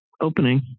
opening